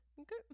Okay